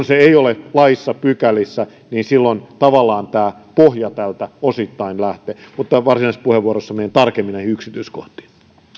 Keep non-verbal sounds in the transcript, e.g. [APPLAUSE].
[UNINTELLIGIBLE] se ei ole laissa pykälissä niin silloin tavallaan tämä pohja tältä osittain lähtee mutta varsinaisessa puheenvuorossani menen tarkemmin näihin yksityiskohtiin